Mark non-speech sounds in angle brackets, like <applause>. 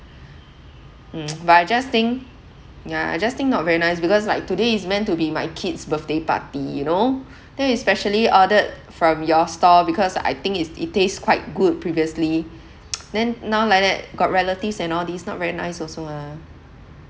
mm <noise> but I just think ya I just think not very nice because like today is meant to be my kid's birthday party you know then we specially ordered from your store because I think it's it taste quite good previously <noise> then now like that got relatives and all these not very nice also ah